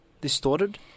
Distorted